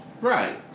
Right